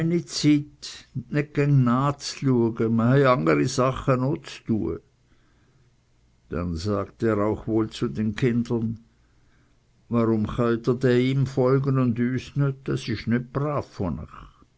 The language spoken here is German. dann sagte er auch wohl zu den kindern warum cheut dr ihm so folge